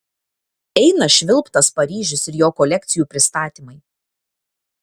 eina švilpt tas paryžius ir jo kolekcijų pristatymai